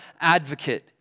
advocate